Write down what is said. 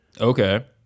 Okay